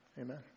Amen